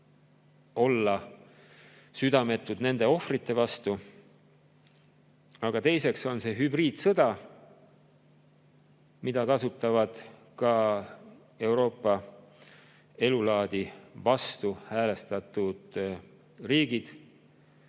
olla südametud nende ohvrite vastu. Aga teiseks on see hübriidsõda, mida kasutavad ka Euroopa elulaadi vastu häälestatud riigid,